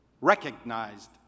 recognized